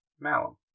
malum